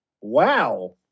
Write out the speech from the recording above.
Wow